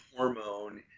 hormone